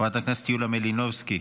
חברת הכנסת יוליה מלינובסקי,